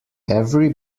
every